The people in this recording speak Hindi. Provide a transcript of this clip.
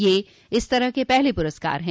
ये इस तरह के पहले पुरस्कार हैं